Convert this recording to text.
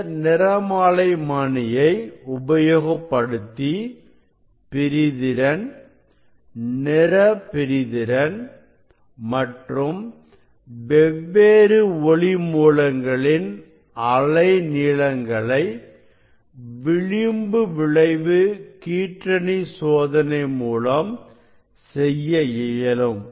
இந்த நிறமாலைமானியை உபயோகப்படுத்தி பிரிதிறன் நிறபிரிதிறன் மற்றும் வெவ்வேறு ஒளி மூலங்களின் அலை நீளங்களை விளிம்பு விளைவு கீற்றணி சோதனை மூலம் செய்ய இயலும்